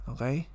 Okay